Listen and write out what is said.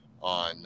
on